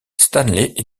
stanley